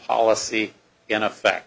policy in effect